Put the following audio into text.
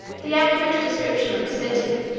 the accurate description of the city,